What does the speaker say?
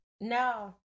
No